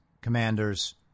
commanders